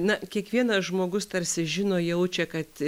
na kiekvienas žmogus tarsi žino jaučia kad